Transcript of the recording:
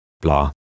blah